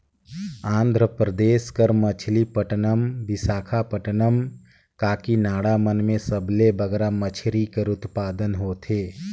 आंध्र परदेस कर मछलीपट्टनम, बिसाखापट्टनम, काकीनाडा मन में सबले बगरा मछरी कर उत्पादन होथे